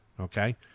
okay